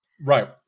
Right